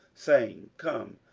saying, come,